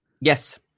Yes